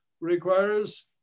requires